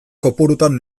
kopurutan